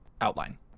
outline